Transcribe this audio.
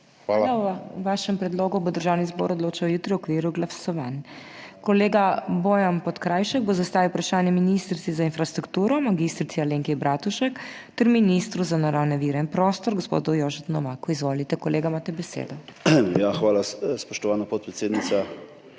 HOT:** Hvala. O vašem predlogu bo Državni zbor odločal jutri v okviru glasovanj. Kolega Bojan Podkrajšek bo zastavil vprašanje ministrici za infrastrukturo mag. Alenki Bratušek ter ministru za naravne vire in prostor, gospodu Jožetu Novaku. Izvolite kolega, imate besedo. **BOJAN PODKRAJŠEK (PS SDS):** Hvala, spoštovana podpredsednica